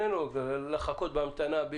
לחכות בהמתנה,